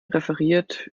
referiert